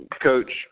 Coach